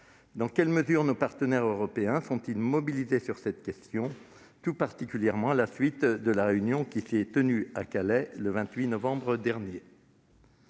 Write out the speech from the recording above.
Dans quelle mesure nos partenaires européens sont-ils mobilisés sur cette question, notamment à la suite de la réunion qui s'est tenue à Calais ? Je conclurai